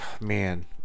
man